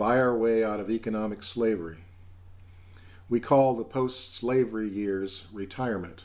buy our way out of economic slavery we call the post slavery years retirement